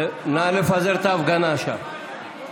נא לפזר את ההפגנה שם.